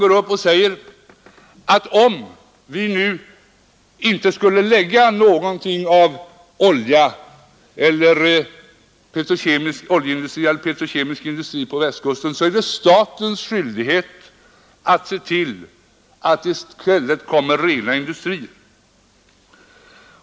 Herr Ahlmark säger att om vi nu inte skulle lägga någonting av oljeindustri eller petrokemisk industri på Västkusten är det statens skyldighet att se till att det i stället kommer rena industrier.